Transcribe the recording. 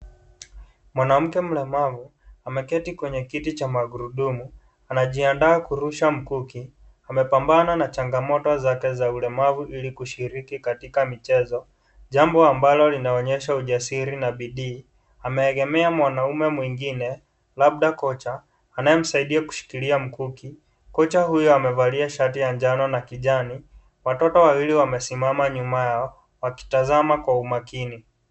Mwanamke mlemavu ameketi kwenye kiti cha magurudumu, anajiandaa kurusha mkuki. Amepambana na changamoto zake za ulemavu ili kushiriki katika michezo. Jambo ambalo linaonyesha ujasiri na bidii. Ameegemea mwanaume mwingine labda kocha anayemsaidia kushikilia mkuki. Kocha huyo amevalia sharti ya njano na kijani. Watoto wawili wamesimama nyuma yao wakitazama kwa umakini.